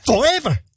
forever